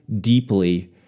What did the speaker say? deeply